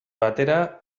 batera